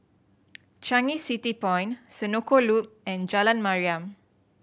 Changi City Point Senoko Loop and Jalan Mariam